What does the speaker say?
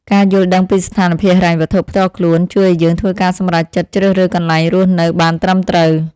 ការយល់ដឹងពីស្ថានភាពហិរញ្ញវត្ថុផ្ទាល់ខ្លួន ជួយឱ្យយើងធ្វើការសម្រេចចិត្តជ្រើសរើសកន្លែងរស់នៅបានត្រឹមត្រូវ។